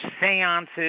seances